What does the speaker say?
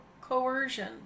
coercion